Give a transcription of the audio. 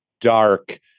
dark